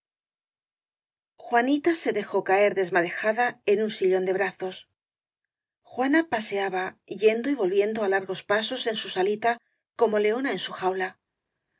juanita se dejó caer desmadejada en un sillón de brazos juana paseaba yendo y volviendo á largos pasos en su salita como leona en su jaula